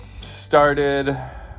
started